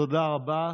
תודה רבה.